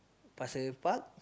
pasir-ris Park